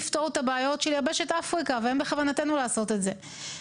מספר התושבים אולי לא מצריך לתכנן כל כך הרבה.